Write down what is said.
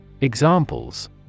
Examples